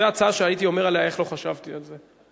זו הצעה שהייתי אומר עליה: איך לא חשבתי על זה?